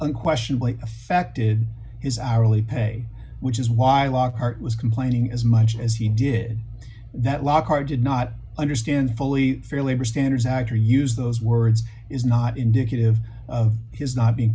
unquestionably affected his hourly pay which is why lockhart was complaining as much as he did that lockhart did not understand fully fairly were standards how to use those words is not indicative of his not being